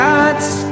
God's